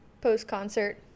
post-concert